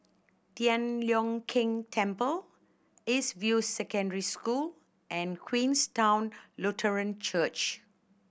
Tian Leong Keng Temple East View Secondary School and Queenstown Lutheran Church